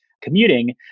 commuting